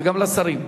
וגם לשרים.